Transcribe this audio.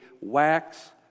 wax